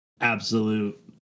absolute